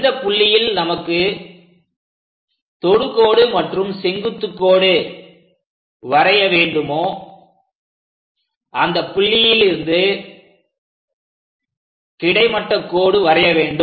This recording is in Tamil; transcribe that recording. எந்த புள்ளியில் நமக்கு தொடுகோடு மற்றும் செங்குத்து கோடு வரைய வேண்டுமோ அந்த புள்ளியிலிருந்து கிடைமட்ட கோடு வரைய வேண்டும்